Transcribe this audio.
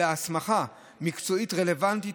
אלא הסמכה מקצועית רלוונטית,